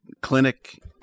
clinic